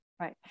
Right